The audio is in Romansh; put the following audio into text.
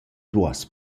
duos